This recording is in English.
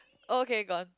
okay gone